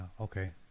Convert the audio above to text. Okay